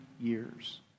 years